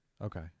Okay